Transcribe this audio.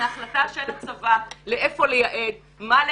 ההחלטה של הצבא לאיפה לייעד ומה לקדם.